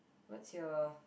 what's your